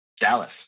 Dallas